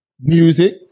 music